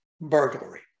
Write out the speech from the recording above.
burglary